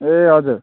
ए हजुर